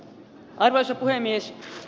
arvoisa puhemies